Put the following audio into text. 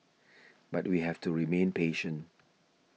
but we have to remain patient